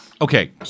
Okay